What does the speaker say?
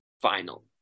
final